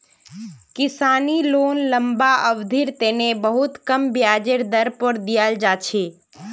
किसानी लोन लम्बा अवधिर तने बहुत कम ब्याजेर दर पर दीयाल जा छे